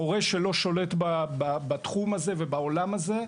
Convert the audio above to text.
מורה שלא שולט בתחום הזה ובעולם הזה,